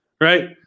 right